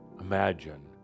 Imagine